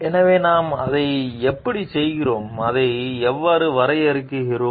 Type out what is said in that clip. எனவே நாம் அதை எப்படிச் செய்கிறோம் அதை எவ்வாறு வரையறுக்கிறோம்